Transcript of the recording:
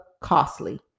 costly